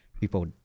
people